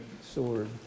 sword